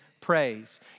praise